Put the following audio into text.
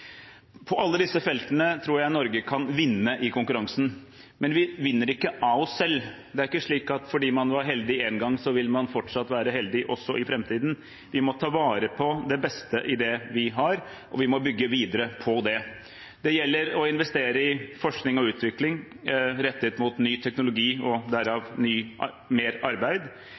På alle disse feltene tror jeg Norge kan vinne konkurransen, men vi vinner ikke av oss selv. Det er ikke slik at fordi man var heldig én gang, vil man fortsatt være heldig også i framtiden. Vi må ta vare på det beste i det vi har, og vi må bygge videre på det. Det gjelder å investere i forskning og utvikling rettet mot ny teknologi, og derav mer arbeid,